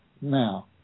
now